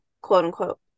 quote-unquote